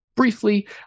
Briefly